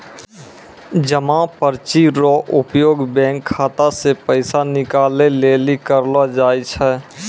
जमा पर्ची रो उपयोग बैंक खाता से पैसा निकाले लेली करलो जाय छै